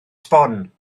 sbon